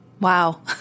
Wow